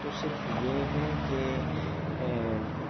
तो सिर्फ ये है के